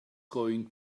going